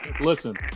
Listen